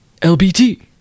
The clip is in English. LBT